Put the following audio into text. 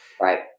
Right